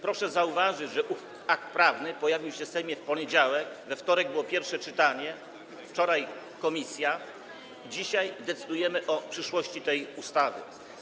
Proszę zauważyć, że ów akt prawny pojawił się w Sejmie w poniedziałek, we wtorek było pierwsze czytanie, wczoraj - posiedzenie komisji, dzisiaj decydujemy o przyszłości tej ustawy.